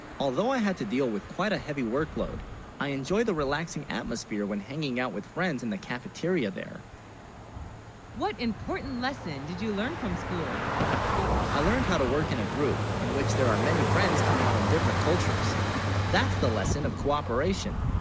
although, i had to deal with quite a heavy workload i enjoy the relaxing atmosphere when hanging out with friends in the cafeteria there what important lesson, did you learn from school i learned how to work in a group in which there are many friends coming from different cultures that's the lesson of cooperation?